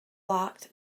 locked